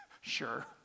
Sure